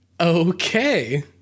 okay